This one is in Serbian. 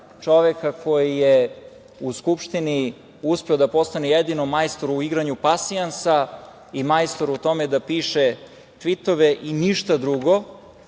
čoveka koji je u Skupštini uspeo da postane jedino majstor u igranju pasijansa i majstor u tome da piše tvitove i ništa drugo,